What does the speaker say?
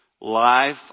Life